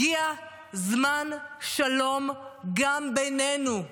הגיע זמן שלום גם בינינו.